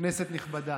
כנסת נכבדה,